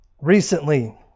Recently